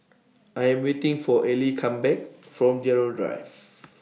I Am waiting For Allie Come Back from Gerald Drive